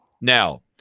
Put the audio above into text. Now